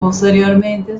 posteriormente